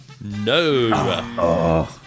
No